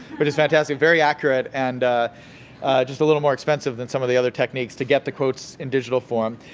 but it's fantastic, very accurate and just a little more expensive than some of the other techniques to get the quotes in digital form.